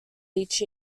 each